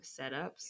setups